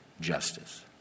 justice